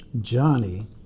Johnny